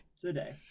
Today